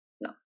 No